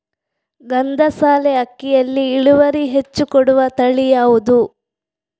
ಗಂಧಸಾಲೆ ಅಕ್ಕಿಯಲ್ಲಿ ಇಳುವರಿ ಹೆಚ್ಚು ಕೊಡುವ ತಳಿ ಯಾವುದು?